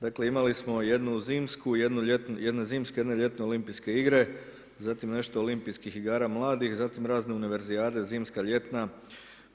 Dakle, imali smo jednu zimsku, jednu ljetnu, jedne zimske, jedne ljetne olimpijske igre, zatim nešto olimpijskim igara mladih, zatim razne univerzijade zimska, ljetna,